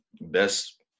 best